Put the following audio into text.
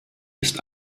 ist